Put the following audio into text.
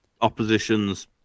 oppositions